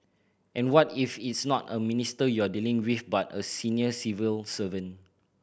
and what if it's not a minister you're dealing with but a senior civil servant